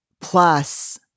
plus